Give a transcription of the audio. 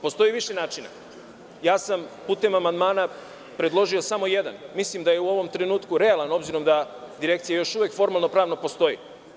Postoji više načina, a ja sam putem amandmana predložio samo jedan i mislim da je u ovom trenutku realan, obzirom da Direkcija još uvek formalno-pravno postoji.